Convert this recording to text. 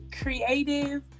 creative